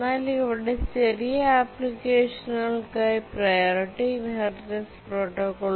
എന്നാൽ ഇവിടെ ചെറിയ ആപ്ലിക്കേഷനുകൾക്കായി പ്രിയോറിറ്റി ഇൻഹെറിറ്റൻസ് പ്രോട്ടോക്കോൾ